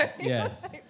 yes